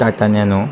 Tata nano